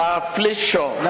affliction